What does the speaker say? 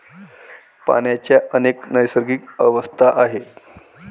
पाण्याच्या अनेक नैसर्गिक अवस्था आहेत